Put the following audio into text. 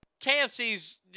KFC's